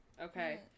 Okay